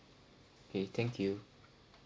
okay thank you